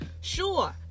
sure